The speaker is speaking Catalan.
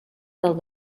del